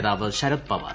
നേതാവ് ശരത് പവാർ